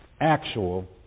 actual